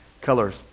Colors